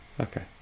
Okay